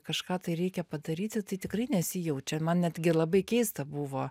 kažką tai reikia padaryti tai tikrai nesijaučia man netgi labai keista buvo